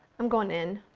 i'm going in!